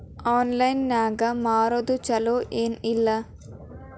Online ನಾಗ್ ಮಾರೋದು ಛಲೋ ಏನ್ ಇಲ್ಲ?